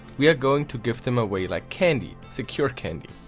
we are going to give them away like candy, secure candy.